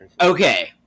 okay